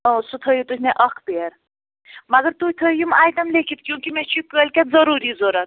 اۭں سُہ تھایو تُہۍ مےٚ اکھ پِیر مَگر تُہۍ تھٲیو یِم آیٹم لیٚکھِتھ کیونکہِ مےٚ چھُ یہِ کٲلکیٚتھ ضروٗری ضروٗرت